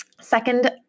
Second